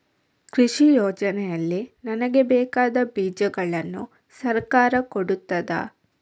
ಕೃಷಿ ಯೋಜನೆಯಲ್ಲಿ ನನಗೆ ಬೇಕಾದ ಬೀಜಗಳನ್ನು ಸರಕಾರ ಕೊಡುತ್ತದಾ?